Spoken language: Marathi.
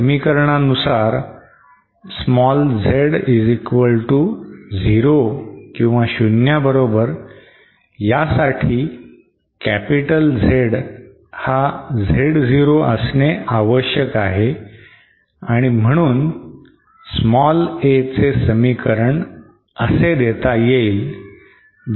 समीकरणानुसार z0 साठी ZZ0 आणि म्हणून a चे असे समीकरण देता येईल